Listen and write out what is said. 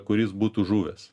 kuris būtų žuvęs